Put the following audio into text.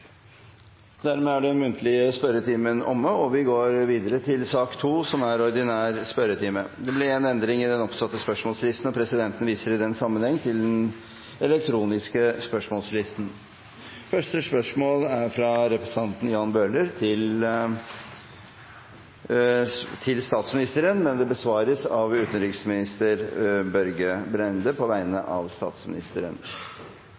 Dermed er den muntlige spørretimen omme, og vi går over til den ordinære spørretimen. Det blir en endring i den oppsatte spørsmålslisten, og presidenten viser i den sammenheng til den elektroniske spørsmålslisten. De foreslåtte endringene i dagens spørretime foreslås godkjent. – Det anses vedtatt. Endringene var som følger: Spørsmål 1, fra representanten Jan Bøhler til statsministeren, vil bli besvart av utenriksministeren på vegne av statsministeren.